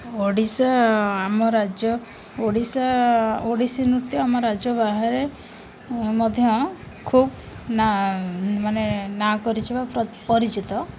ଓଡ଼ିଶା ଆମ ରାଜ୍ୟ ଓଡ଼ିଶା ଓଡ଼ିଶୀ ନୃତ୍ୟ ଆମ ରାଜ୍ୟ ବାହାରେ ମଧ୍ୟ ଖୁବ୍ ନା' ମାନେ ନାଁ କରିଛି ବା ପରିଚିତ